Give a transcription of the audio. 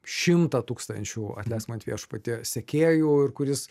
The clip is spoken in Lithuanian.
šimtą tūkstančių atleisk man viešpatie sekėjų ir kuris